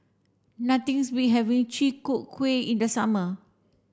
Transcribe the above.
nothing's beat having Chi Kak Kuih in the summer